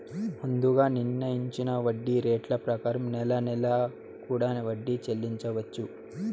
ముందుగా నిర్ణయించిన వడ్డీ రేట్ల ప్రకారం నెల నెలా కూడా వడ్డీ చెల్లించవచ్చు